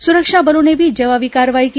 सुरक्षा बलों ने भी जवाबी कार्रवाई की